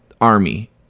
army